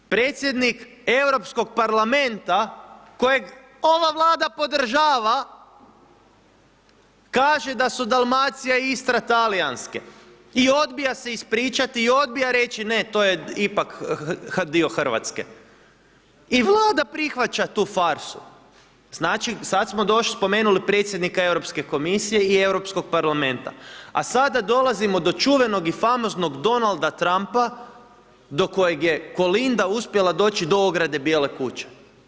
Predsjednik Europskog Parlamenta kojeg ova Vlada podržava kaže da su Dalmacija i Istra talijanske i odbija se ispričati i odbija reći ne, to je ipak dio Hrvatske i Vlada prihvaća tu farsu, znači sad smo došli, spomenuli predsjednika Europske komisije i Europskog parlamenta, a sada dolazimo do čuvenog i famoznog Donalda Tumpa do kojeg je Kolinda uspjela doći do ograde Bijele kuće.